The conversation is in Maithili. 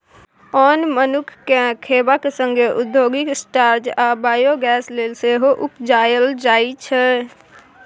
ओन मनुख केँ खेबाक संगे औद्योगिक स्टार्च आ बायोगैस लेल सेहो उपजाएल जाइ छै